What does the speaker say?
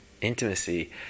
intimacy